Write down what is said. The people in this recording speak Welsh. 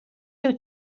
wyt